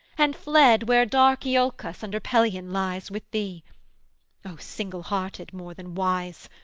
and fled where dark iolcos under pelion lies, with thee oh, single-hearted more than wise!